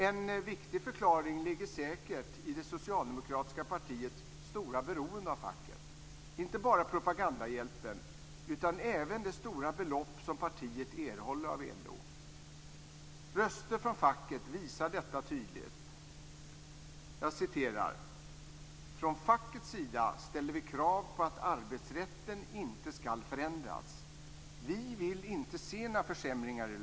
En viktig förklaring ligger säkert i det socialdemokratiska partiets stora beroende av facket, inte bara propagandahjälpen utan även de stora belopp som partiet erhåller av LO. Röster från facket visar detta tydligt: "Från fackets sida ställer vi krav på att arbetsrätten inte skall förändras, vi vill inte se några försämringar i LAS."